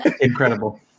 incredible